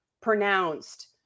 pronounced